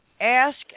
ask